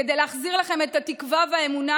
כדי להחזיר לכם את התקווה והאמונה